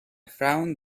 found